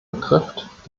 betrifft